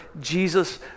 Jesus